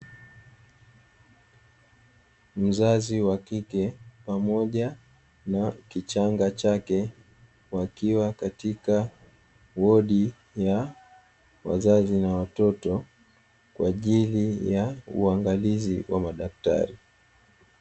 Mzazi wa kike pamoja na kichanga chake wakiwa katika wodi ya wazazi na watoto, kwa ajili ya uangalizi wa madaktari.